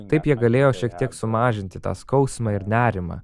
taip jie galėjo šiek tiek sumažinti tą skausmą ir nerimą